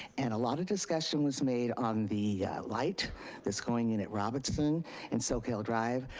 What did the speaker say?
and a lot of discussion was made on the light that's going in at robinson and soquel drive.